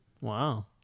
Wow